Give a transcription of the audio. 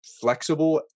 flexible